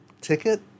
ticket